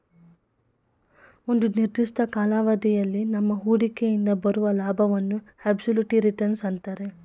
ಒಂದು ನಿರ್ದಿಷ್ಟ ಕಾಲಾವಧಿಯಲ್ಲಿ ನಮ್ಮ ಹೂಡಿಕೆಯಿಂದ ಬರುವ ಲಾಭವನ್ನು ಅಬ್ಸಲ್ಯೂಟ್ ರಿಟರ್ನ್ಸ್ ಅಂತರೆ